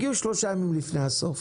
הגיעו שלושה ימים לפני הסוף